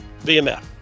VMF